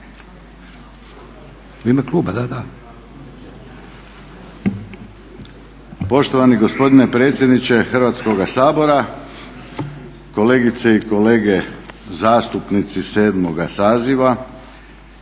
U ime kluba, da.